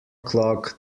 clock